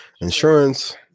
Insurance